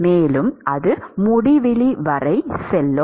மேலும் அது முடிவிலி வரை செல்லும்